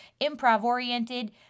improv-oriented